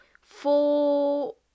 four